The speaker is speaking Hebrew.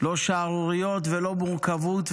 לא שערוריות ולא מורכבות,